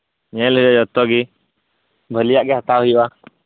ᱧᱮᱞ ᱦᱩᱭᱩᱜᱼᱟ ᱡᱷᱚᱛᱚ ᱜᱮ ᱵᱷᱟᱹᱜᱤᱭᱟᱜ ᱜᱮ ᱦᱟᱛᱟᱣ ᱦᱩᱭᱩᱜᱼᱟ